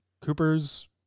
Cooper's